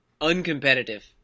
uncompetitive